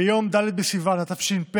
ביום ד' בסיוון התש"ף,